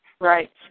Right